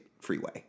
freeway